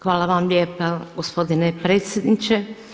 Hvala vam lijepa gospodine predsjedniče.